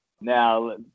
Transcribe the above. Now